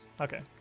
Okay